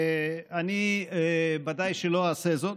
ואני ודאי שלא אעשה זאת,